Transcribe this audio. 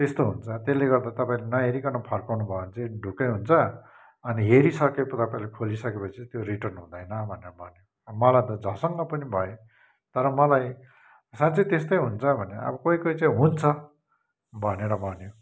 त्यस्तो हुन्छ त्यसले गर्दा तपाईँले नहेरिकन फर्काउनु भयो भने चाहिँ ढुक्कै हुन्छ अनि हेरिसकेर त तपाईँले खोलिसकेपछि चाहिँ त्यो रिर्टन हुँदैन भनेर भन्यो मलाई त झसङ्ग पनि भयो तर मलाई साँच्चै त्यस्तै हुन्छ भने अब कोही कोही चाहिँ हुन्छ भनेर भन्यो